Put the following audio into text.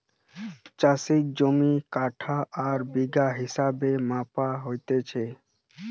চাষের জমি কাঠা আর বিঘা হিসেবে মাপা হতিছে